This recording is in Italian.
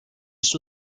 suo